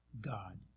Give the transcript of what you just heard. God